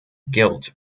guilt